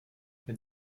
wenn